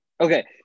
Okay